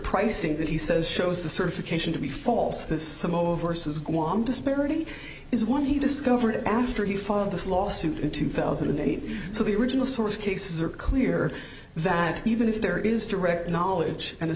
pricing that he says shows the certification to be false this some overseas guam disparity is one he discovered after he filed this lawsuit in two thousand and eight so the original source cases are clear that even if there is direct knowledge and